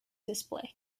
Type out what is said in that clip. display